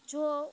જો